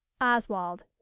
Oswald